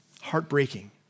heartbreaking